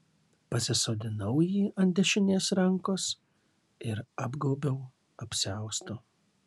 pasisodinau jį ant dešinės rankos ir apgaubiau apsiaustu